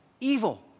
evil